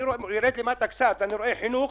אני יורד למטה קצת ואני רואה: חינוך